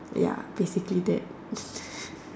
ya basically that